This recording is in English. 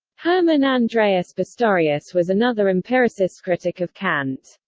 herman andreas pistorius was another empiricist critic of kant.